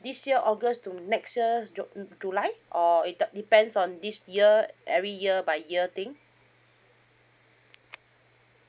this year august to next year j~ july or it d~ depends on this year every year by year thing